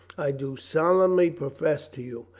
i do solemnly profess to you,